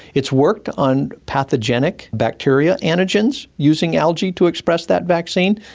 it's worked on pathogenic bacteria antigens using algae to express that vaccine,